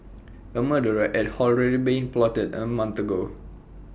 A murder red at been plotted A month ago